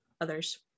others